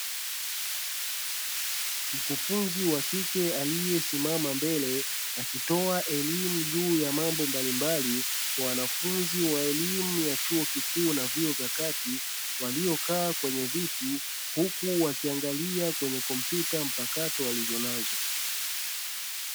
Mkufunzi wa kike aliyesimama mbele akitoa elimu juu ya mambo mbalimbali kwa wanafunzi wa elimu ya chuo kikuu na vyuo vya kati waliokaa kwenye viti, huku wakiangalia kwenye kompyuta mpakato walizonazo.